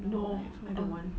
no I don't want